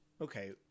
okay